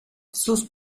sus